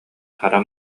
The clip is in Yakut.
хара